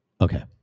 Okay